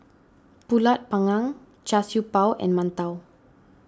Pulut Panggang Char Siew Bao and Mantou